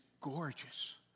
gorgeous